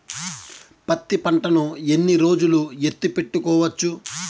పత్తి పంటను ఎన్ని రోజులు ఎత్తి పెట్టుకోవచ్చు?